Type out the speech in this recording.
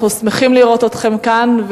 אנחנו שמחים לראות אתכם כאן.